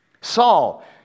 Saul